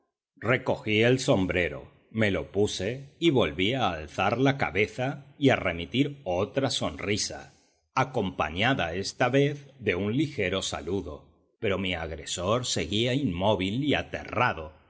recogí el sombrero me lo puse y volví a alzar la cabeza y a remitir otra sonrisa acompañada esta vez de un ligero saludo pero mi agresor seguía inmóvil y aterrado